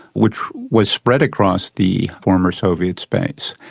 which was spread across the former soviet space.